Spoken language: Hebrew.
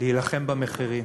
להילחם במחירים: